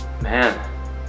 man